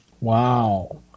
Wow